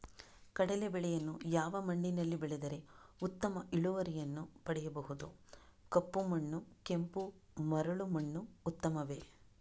ಕಡಲೇ ಬೆಳೆಯನ್ನು ಯಾವ ಮಣ್ಣಿನಲ್ಲಿ ಬೆಳೆದರೆ ಉತ್ತಮ ಇಳುವರಿಯನ್ನು ಪಡೆಯಬಹುದು? ಕಪ್ಪು ಮಣ್ಣು ಕೆಂಪು ಮರಳು ಮಣ್ಣು ಉತ್ತಮವೇ?